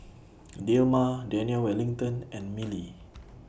Dilmah Daniel Wellington and Mili